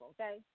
okay